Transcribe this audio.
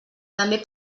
també